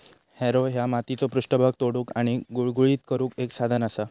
Harrow ह्या मातीचो पृष्ठभाग तोडुक आणि गुळगुळीत करुक एक साधन असा